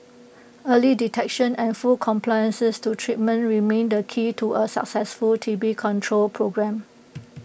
early detection and full compliance to treatment remain the key to A successful T B control programme